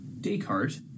Descartes